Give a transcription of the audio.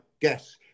guess